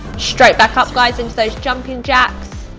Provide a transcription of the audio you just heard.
straight back up guys into those jumping jacks.